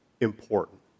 important